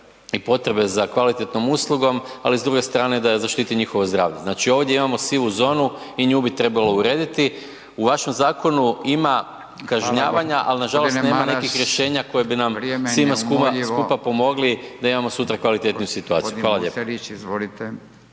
i potrebe za kvalitetnom uslugom, ali s druge strane da zaštiti njihovo zdravlje. Znači ovdje imamo sivu zonu i nju bi trebalo urediti. U vašem zakonu ima kažnjavanja, ali nažalost nema nekih rješenja koje bi nam svima skupa pomogli da imamo sutra kvalitetniju situaciju. Hvala lijepo.